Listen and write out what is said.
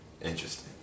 Interesting